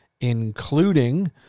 including